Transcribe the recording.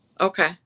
Okay